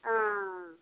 आं